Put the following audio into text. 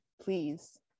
please